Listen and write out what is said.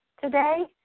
today